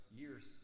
years